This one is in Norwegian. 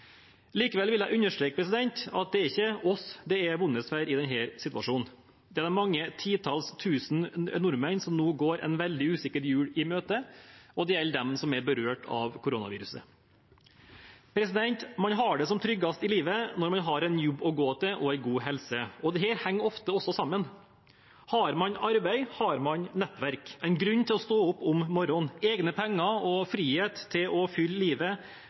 Likevel vil jeg understreke at det er ikke oss det er vondest for i denne situasjon. Det er de mange titalls tusen nordmenn som nå går en veldig usikker jul i møte, og det gjelder dem som er berørt av koronaviruset. Man har det som tryggest i livet når man har en jobb å gå til og en god helse. Dette henger ofte også sammen. Har man arbeid, har man nettverk, en grunn til å stå opp om morgenen, egne penger og frihet til å fylle livet